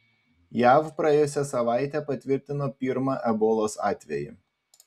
jav praėjusią savaitę patvirtino pirmą ebolos atvejį